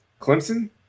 Clemson